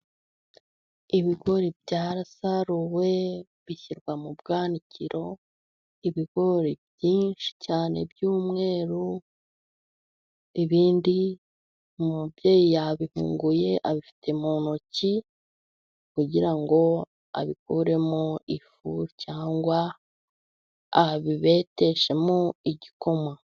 Ibigori byarasaruwe bishyirwa mu bwanikiro, ibigori byinshi cyane byumweru, ibindi umubyeyi yabihunguye abifite mu ntoki, kugira ngo abikuremo ifu, cyangwa abibeteshemo igikoma.